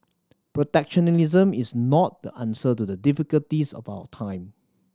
protectionism is not the answer to the difficulties of our time